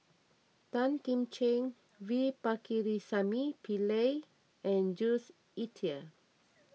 Tan Kim Ching V Pakirisamy Pillai and Jules Itier